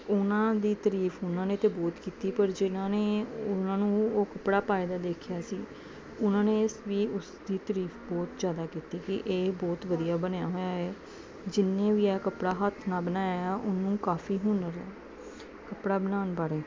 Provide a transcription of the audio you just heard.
ਉਹਨਾਂ ਦੀ ਤਰੀਫ ਉਹਨਾਂ ਨੇ ਤਾਂ ਬਹੁਤ ਕੀਤੀ ਪਰ ਜਿਹਨਾਂ ਨੇ ਉਹਨਾਂ ਨੂੰ ਉਹ ਕੱਪੜਾ ਪਾਏ ਦਾ ਦੇਖਿਆ ਸੀ ਉਹਨਾਂ ਨੇ ਇਸ ਵੀ ਉਸ ਦੀ ਤਾਰੀਫ ਬਹੁਤ ਜ਼ਿਆਦਾ ਕੀਤੀ ਕਿ ਇਹ ਬਹੁਤ ਵਧੀਆ ਬਣਿਆ ਹੋਇਆ ਏ ਜਿਹਨੇ ਵੀ ਆ ਕੱਪੜਾ ਹੱਥ ਨਾਲ ਬਣਾਇਆ ਆ ਉਹਨੂੰ ਕਾਫੀ ਹੁਨਰ ਕੱਪੜਾ ਬਣਾਉਣ ਬਾਰੇ